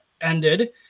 ended